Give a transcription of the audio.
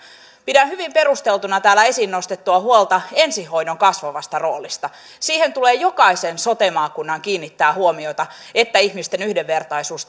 pidän hyvin perusteltuna täällä esiin nostettua huolta ensihoidon kasvavasta roolista siihen tulee jokaisen sote maakunnan kiinnittää huomiota että ihmisten yhdenvertaisuus